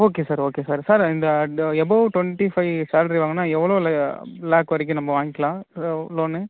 okay sir okay sir sir இந்த above twenty five salary வாங்கினா எவ்வளோ லா லேக்கு வரைக்கும் நம்ம வாங்கிக்கலாம் லோனு